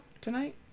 tonight